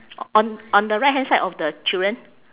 o~ on on the right hand side of the children